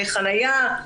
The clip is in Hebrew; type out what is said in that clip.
פקחי חניה,